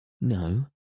No